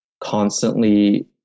constantly